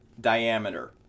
diameter